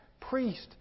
priest